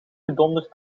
gedonderd